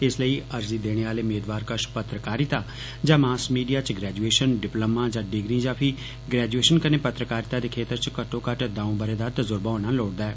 इस लेई अर्जी देने आले मेदवार कश पत्रकारिता जां मॉस मीडिया च ग्रैज्एशन डिपलोमा जां डिग्री जां फ्ही ग्रैजुएशन कन्नै पत्रकारिता दे क्षेत्र च घट्टो घट्ट दऊ ब' रें दा तजुर्बा होना लोड़चदा ऐ